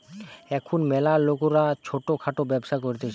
এখুন ম্যালা লোকরা ছোট খাটো ব্যবসা করতিছে